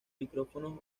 micrófonos